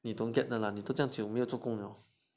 you don't get the 啦你都这样子有没有做工了